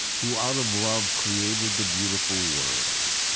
who out of love created the beautiful world.